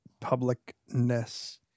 publicness